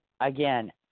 again